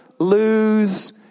Lose